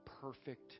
perfect